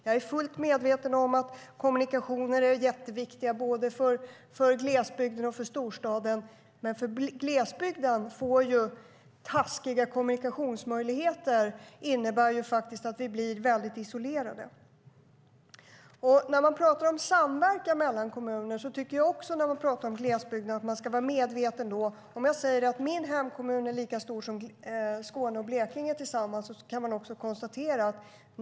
Jag är fullt medveten om att kommunikationer är jätteviktiga för både glesbygden och storstaden, men för glesbygden innebär taskiga kommunikationsmöjligheter att vi blir väldigt isolerade. När man pratar om samverkan mellan kommuner och om glesbygden tycker jag att man ska vara medveten om hur det ser ut i min hemkommun, som är lika stor som Skåne och Blekinge tillsammans.